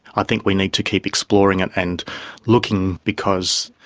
i think we need to keep exploring it and looking because,